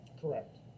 Correct